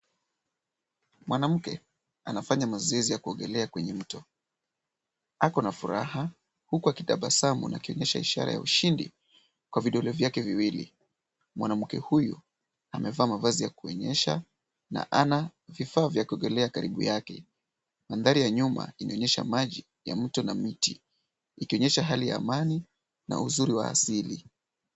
Mwanamke anafanya mazoezi ya kuogelea kwenye mto. Ako na furaha huku akitabasamu na akionyesha ishara ya ushindi kwa vidole vyake viwili. Mwanamke huyu amevaa mavazi ya kuonyesha na ana vifaa vya kuogelea karibu yake. Mandhari ya nyuma inaonyesha maji ya mto na miti ikionyesha hali ya amani na uzuri wa asili.